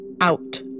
out